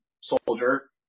soldier